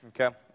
okay